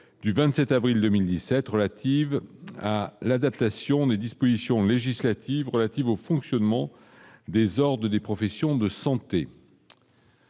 du 27 avril 2017 relative à l'adaptation des dispositions législatives relatives au fonctionnement des hordes des professions de santé.